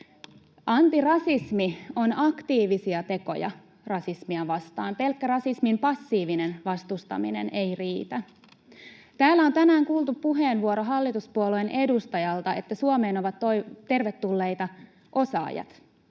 Antirasismi on aktiivisia tekoja rasismia vastaan. Pelkkä rasismin passiivinen vastustaminen ei riitä. Täällä on tänään kuultu hallituspuolueen edustajalta puheenvuoro, että Suomeen ovat tervetulleita osaajat,